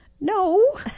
no